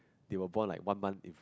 they were born like one month